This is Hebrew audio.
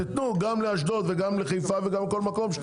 תנו גם לאשדוד וגם לחיפה וכל מקום 12